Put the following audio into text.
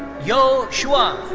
yo shua.